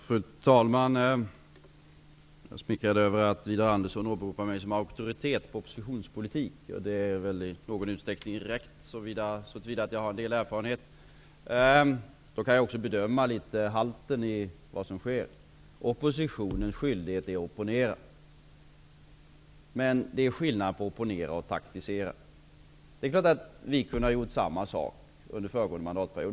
Fru talman! Jag är smickrad över att Widar Andersson åberopar mig som auktoritet på oppositionspolitik. Det är väl rätt så till vida att jag har en del erfarenhet. Därför kan jag också bedöma vad som sker. Oppositionens skyldighet är att opponera. Men det är skillnad på att opponera och att taktisera. Vi hade kunnat göra samma sak under föregående mandatperiod.